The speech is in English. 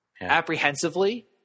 apprehensively